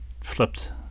flipped